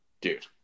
dude